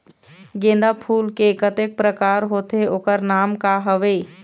गेंदा फूल के कतेक प्रकार होथे ओकर नाम का हवे?